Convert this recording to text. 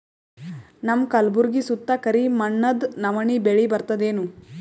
ನಮ್ಮ ಕಲ್ಬುರ್ಗಿ ಸುತ್ತ ಕರಿ ಮಣ್ಣದ ನವಣಿ ಬೇಳಿ ಬರ್ತದೇನು?